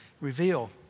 reveal